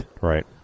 Right